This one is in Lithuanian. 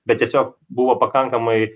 bet tiesiog buvo pakankamai